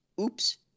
oops